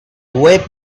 whip